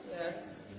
Yes